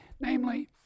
Namely